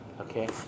okay